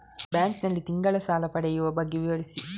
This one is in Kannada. ಬ್ಯಾಂಕ್ ನಲ್ಲಿ ತಿಂಗಳ ಸಾಲ ಪಡೆಯುವ ಬಗ್ಗೆ ವಿವರಿಸಿ?